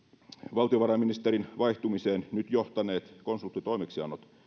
valtiovarainministerin vaihtumiseen nyt johtaneet konsulttitoimeksiannot